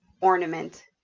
ornament